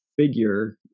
figure